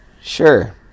Sure